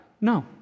No